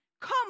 Come